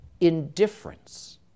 indifference